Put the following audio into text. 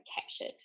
captured